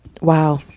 Wow